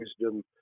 wisdom